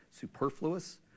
superfluous